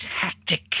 tactic